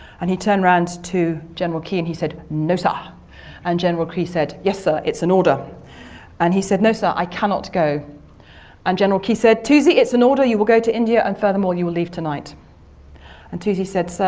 and he turned round to general key and he said, no, sir and general key said, yes, sir. it's an order and he said, no, sir! i cannot go and general key said, toosey, it's an order. you will go to india, and furthermore you will leave tonight and toosey said, sir,